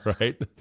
right